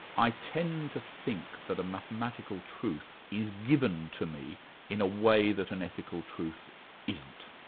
i tend to think that a mathematical truth is given to me in a way that an ethical truth isn't.